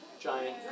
giant